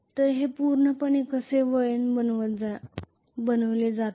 तर हे पूर्णपणे कसे वळण बनविले जाते ते आहे